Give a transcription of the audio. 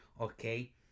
okay